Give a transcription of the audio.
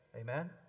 amen